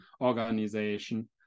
Organization